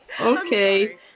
okay